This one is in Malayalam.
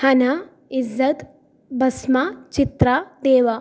ഹന ഇസ്രത്ത് ഭസ്മ ചിത്ര ഇവ